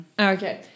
Okay